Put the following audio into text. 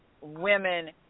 women